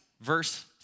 verse